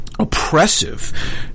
Oppressive